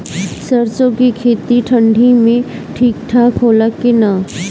सरसो के खेती ठंडी में ठिक होला कि ना?